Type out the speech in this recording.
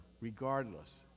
regardless